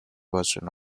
version